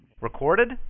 Recorded